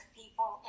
people